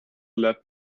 let